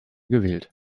gewählt